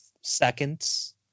seconds